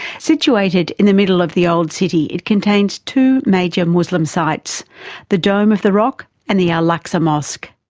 situated in the middle of the old city, it contains two major muslim sites the dome of the rock, and the al-aqsa mosque.